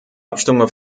abstimmung